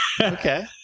Okay